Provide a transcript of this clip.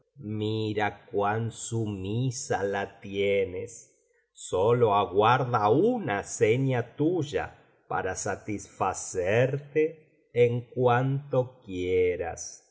mira cuan sumisa la tienes sólo aguarda una seña tuya para satisfacerte en cuanto quieras